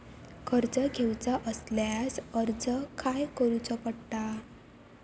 कर्ज घेऊचा असल्यास अर्ज खाय करूचो पडता?